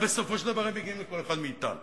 ובסופו של דבר הם מגיעים לכל אחד מאתנו.